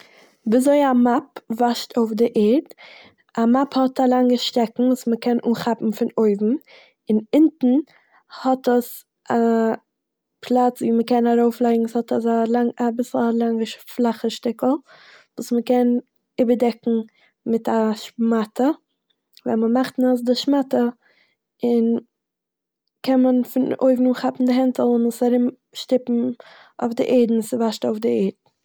וויזוי א מאפ וואשט אויף די ערד. א מאפ האט א לאנגע שטעקן וואס מ'קען אנכאפן פון אויבן און אינטן האט עס א פלאץ וואו מ'קען ארויפלייגן- ס'האט אזא לא- אביסל א לאנגע, ש- פלאכע שטיקל וואס מ'קען איבערדעקן מיט א שמאטע, ווען מ'מאכט נאס די שמאטע און- קען מען פון אויבן אנכאפן די הענטל און עס ארומשטיפן אויף די ערד און ס'וואשט אויף די ערד.